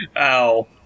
Ow